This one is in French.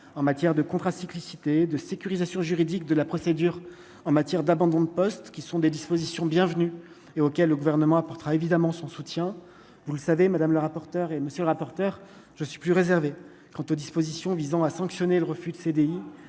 en matière de contrats cyclicité de sécurisation juridique de la procédure en matière d'abandon de poste qui sont des dispositions bienvenue et auquel le gouvernement apportera évidemment son soutien, vous le savez madame la rapporteure et monsieur le rapporteur, je suis plus réservé quant aux dispositions visant à sanctionner le refus de CDI